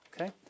Okay